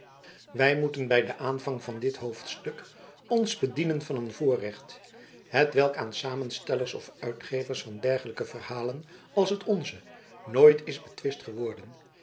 wij moeten bij den aanvang van dit hoofdstuk ons bedienen van een voorrecht hetwelk aan samenstellers of uitgevers van dergelijke verhalen als het onze nooit is betwist geworden